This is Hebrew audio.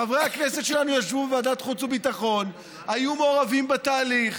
חברי הכנסת שלנו שישבו בוועדת החוץ והביטחון היו מעורבים בתהליך,